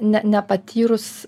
ne nepatyrus